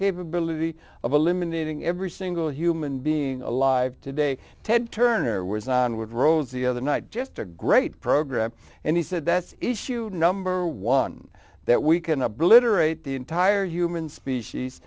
capability of eliminating every single human being alive today ted turner was on with rose the other night just a great program and he said that's issue number one that we can obliterate the entire human species